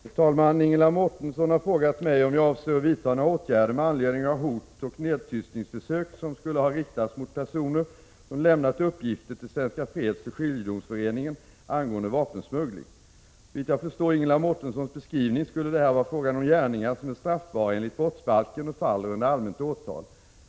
Fru talman! Ingela Mårtensson har frågat mig om jag avser att vidta några åtgärder med anledning av hot och nedtystningsförsök som skulle ha riktats mot personer som lämnat uppgifter till Svenska fredsoch skiljedomsföreningen angående vapensmuggling. Såvitt jag förstår Ingela Mårtenssons beskrivning skulle det här vara fråga om gärningar som är straffbara enligt brottsbalken och faller under allmänt åtal.